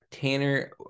Tanner